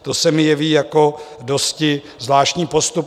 To se mi jeví jako dosti zvláštní postup.